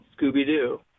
Scooby-Doo